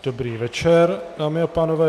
Dobrý večer, dámy a pánové.